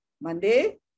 Monday